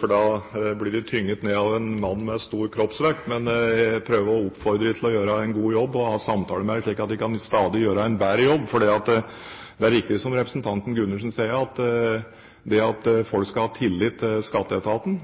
for da blir de tynget ned av en mann med stor kroppsvekt. Men jeg prøver å oppfordre dem til å gjøre en god jobb og har samtaler med dem, slik at de stadig kan gjøre en bedre jobb. Det er riktig som representanten Gundersen sier, at det at folk har tillit til Skatteetaten,